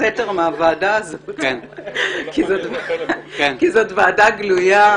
סתר מהוועדה הזאת כי זאת ועדה גלויה,